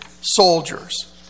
soldiers